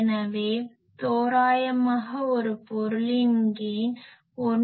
எனவே தோராயமாக ஒரு பொருளின் கெய்ன் 1